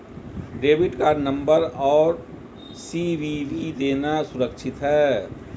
Debit card number और CVV देना सुरक्षित है?